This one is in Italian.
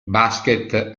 basket